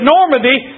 Normandy